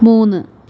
മൂന്ന്